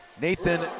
Nathan